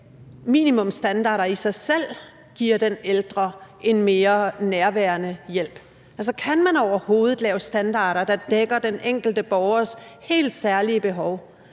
minimumsstandarder i sig selv giver den ældre en mere nærværende hjælp? Altså, kan man overhovedet lave standarder, der dækker den enkelte borgers helt særlige behov?